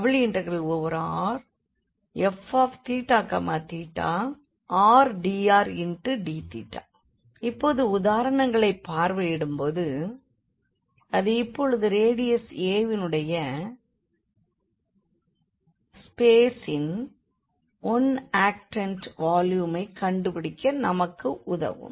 ∬Rfxydxdy∬Rf rdrdθ இப்போது உதாரணங்களைப் பார்வையிடும் போது அது இப்பொழுது ரேடியஸ் a வுடைய ஸ்பேசின் ஒன் ஆக்டண்டின் வால்யூமைக் கண்டுபிடிக்க நமக்கு உதவும்